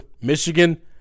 Michigan